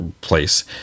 place